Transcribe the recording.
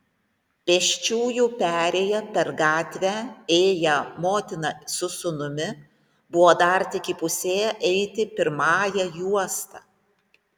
pėsčiųjų perėja per gatvę ėję motina su sūnumi buvo dar tik įpusėję eiti pirmąja juosta